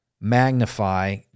magnify